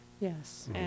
Yes